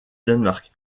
danemark